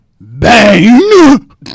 bang